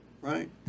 right